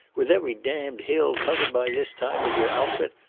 with every damned hill covered by this time with your outfit!